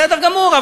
בסדר גמור,